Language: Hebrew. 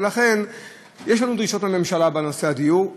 ולכן יש לנו דרישות מהממשלה בנושא הדיור,